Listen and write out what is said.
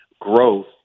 growth